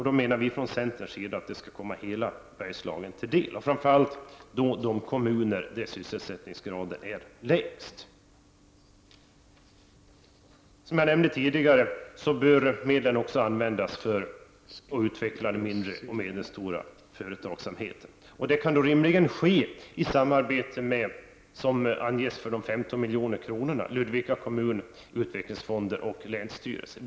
Vi i centern menar att bidraget skall komma hela Bergslagen till del, framför allt de kommuner där sysselsättningsgraden är lägst. Som jag nämnde tidigare bör medlen också användas för att utveckla mindre och medelstora företag. Det kan rimligen ske, vilket anges i samband med de 15 milj.kr., i samarbete med Ludvika kommun, utvecklingsfonden och länsstyrelsen.